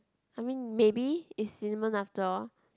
I mean maybe is cinnamon after all